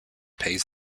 pays